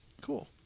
Cool